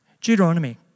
Deuteronomy